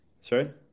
sorry